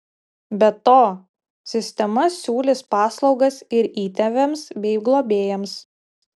be to sistema siūlys paslaugas ir įtėviams bei globėjams